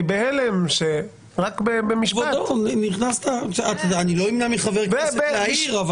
בהלם --- אני לא אמנע מחבר כנסת להעיר.